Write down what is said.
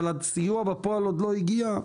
אבל הסיוע בפועל עוד לא הגיע,